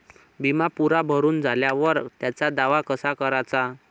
बिमा पुरा भरून झाल्यावर त्याचा दावा कसा कराचा?